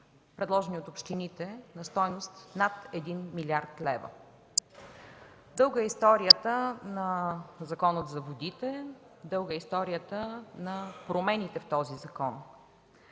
предложени от общините на стойност над 1 млрд. лв. Дълга е историята на Закона за водите, дълга е историята на промените в този закон.